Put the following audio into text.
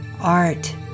art